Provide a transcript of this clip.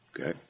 okay